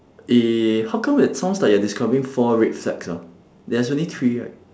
eh how come it sounds like you're describing four red flags ah there's only three right